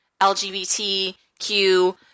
LGBTQ